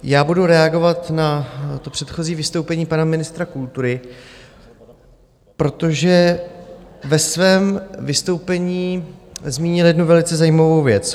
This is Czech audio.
Já budu reagovat na to předchozí vystoupení pana ministra kultury, protože ve svém vystoupení zmínil jednu velice zajímavou věc.